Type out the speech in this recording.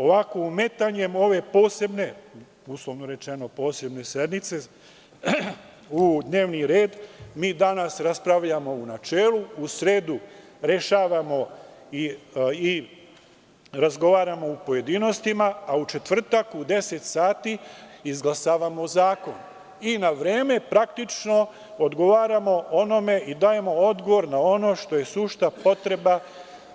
Ovako, umetanjem ove, uslovno rečeno, posebne sednice u dnevni red, mi danas raspravljamo u načelu, u sredu rešavamo i razgovaramo u pojedinostima, a u četvrtak u 10.00 sati izglasavamo zakon i na vreme dajemo odgovor na ono što je sušta potreba